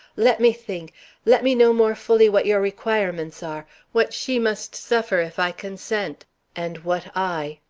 let me think let me know more fully what your requirements are what she must suffer if i consent and what i.